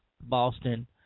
Boston